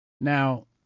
Now